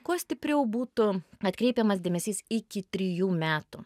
kuo stipriau būtų atkreipiamas dėmesys iki trijų metų